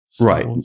Right